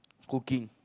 cooking